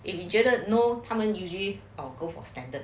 if you 觉得 no 他们 usually I'll go for standard